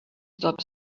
stop